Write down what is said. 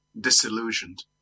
disillusioned